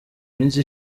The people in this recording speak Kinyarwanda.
minsi